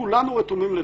כולנו רתומים לזה.